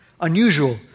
unusual